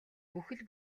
бүхэл